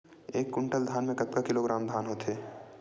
एक कुंटल धान में कतका किलोग्राम धान होथे?